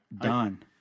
Done